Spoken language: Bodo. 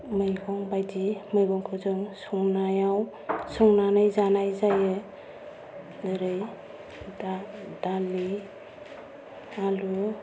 मैगं बायदि मैगंखौ जों संनायाव संनानै जानाय जायो जेरै दालि आलु